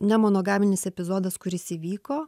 nemonogaminis epizodas kuris įvyko